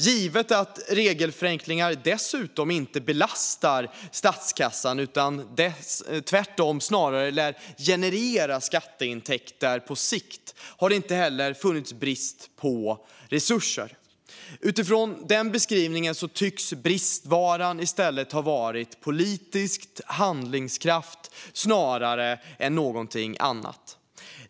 Givet att regelförenklingar dessutom inte belastar statskassan utan tvärtom snarare lär generera skatteintäkter på sikt har det inte heller rått någon brist på resurser. Utifrån den beskrivningen tycks bristvaran i stället ha varit politisk handlingskraft snarare än någonting annat.